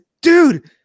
dude